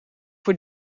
voor